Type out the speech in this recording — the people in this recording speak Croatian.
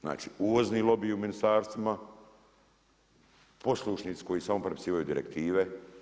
Znači uvozni lobiji u ministarstvima, poslušnici koji samo prepisivaju direktive.